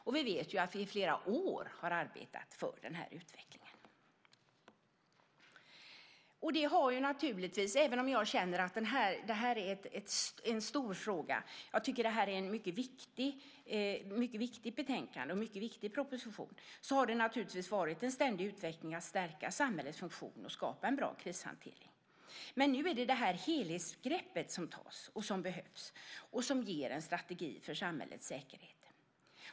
Och vi vet att vi under flera år har arbetat för denna utveckling. Även om jag känner att detta är en stor fråga, att detta är ett mycket viktigt betänkande och att detta är en mycket viktig proposition har det naturligtvis varit en ständig utveckling för att stärka samhällets funktion och skapa en bra krishantering. Men nu tas det helhetsgrepp som behövs och som ger en strategi för samhällets säkerhet.